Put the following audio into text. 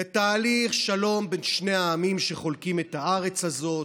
לתהליך שלום בין שני העמים שחולקים את הארץ הזאת,